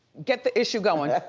get the issue going.